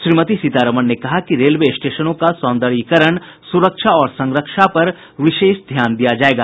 श्रीमती सीतारमन ने कहा कि रेलवे स्टेशनों का सौंदर्यीकरण सुरक्षा और संरक्षा पर विशेष ध्यान दिया जायेगा